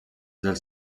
dels